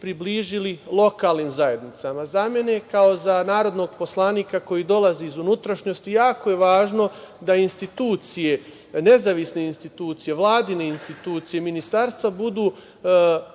približili lokalnim zajednicama. Za mene kao za narodnog poslanika koji dolazi iz unutrašnjosti jako je važno da institucije, nezavisne institucije, vladine institucije, ministarstva, budu